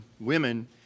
women